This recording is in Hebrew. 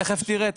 תכף תראה.